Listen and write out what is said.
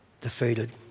defeated